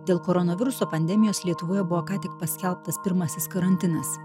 dėl koronaviruso pandemijos lietuvoje buvo ką tik paskelbtas pirmasis karantinas